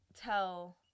tell